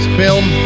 film